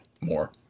more